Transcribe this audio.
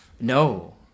no